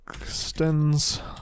extends